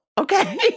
Okay